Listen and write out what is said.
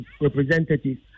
Representatives